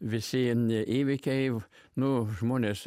visi in įvykiai nu žmonės